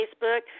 Facebook